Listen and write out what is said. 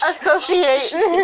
Association